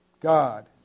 God